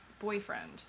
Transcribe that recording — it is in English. boyfriend